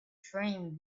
train